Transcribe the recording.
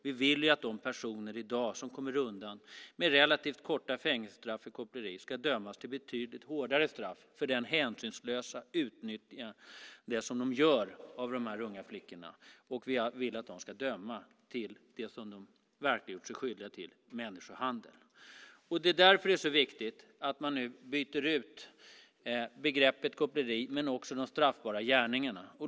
Vi vill att de som i dag kommer undan med relativt korta fängelsestraff för koppleri ska dömas till betydligt hårdare straff för det hänsynslösa utnyttjande av unga flickor som de har gjort sig skyliga till. Vi vill att de ska dömas för det som de verkligen har gjort sig skyldiga till, nämligen människohandel. Det är därför det är så viktigt att man nu byter ut begreppet koppleri men också de straffbara gärningarna.